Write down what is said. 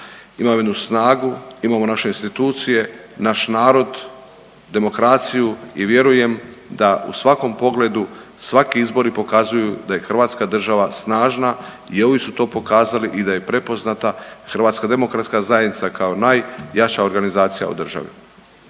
imamo jednu snagu, imamo naše institucije, naš narod, demokraciju i vjerujem da u svakom pogledu svaki izbori pokazuju da je Hrvatska država snažna i ovi su to pokazali i da je prepoznata HDZ-a kao najjača organizacija u državi.